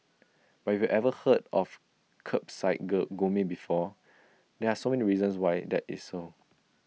but if you've ever heard of Kerbside go gourmet before there are so many reasons why that is so